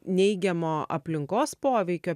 neigiamo aplinkos poveikio